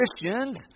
Christians